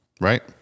Right